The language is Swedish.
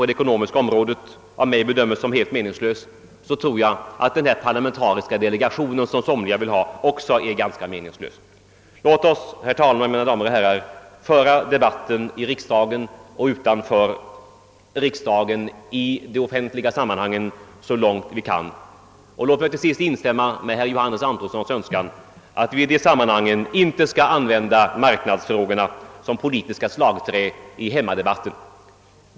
Jag anser att en dylik parlamentarisk delegation skulle vara lika meningslös som rundabordskonferensen på det ekonomiska området. Låt oss, herr talman, så långt som möjligt föra debatten i och utanför riksdagen offentligt. Till sist vill jag instämma i Johannes Antonssons önskan att vi inte skall använda marknadsfrågorna som politiska slagträn i hemmadebatten.